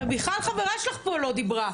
מיכל חברה שלך פה לא דיברה.